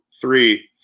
three